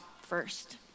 first